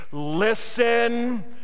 listen